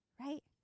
right